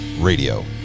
Radio